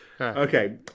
Okay